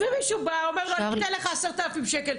ומישהו בא ואומר לו שהוא ייתן לו עשרת אלפים שקלים,